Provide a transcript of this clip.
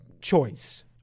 choice